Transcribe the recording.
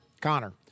Connor